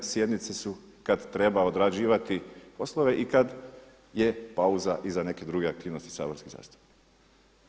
Sjednice su kada treba odrađivati poslove i kada je pauza i za neke druge aktivnosti saborskih zastupnika.